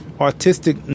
artistic